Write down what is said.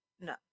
no